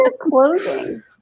closing